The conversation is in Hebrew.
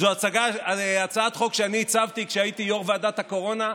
זאת הצעת חוק שאני עיצבתי כשהייתי יו"ר ועדת הקורונה,